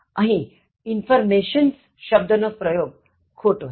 અહીં informations શબ્દ નો પ્રયોગ ખોટો છે